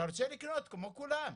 אתה רוצה לקנות כמו כולם,